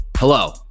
Hello